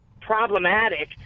problematic